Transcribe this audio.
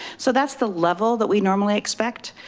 so that's the level that we normally expect.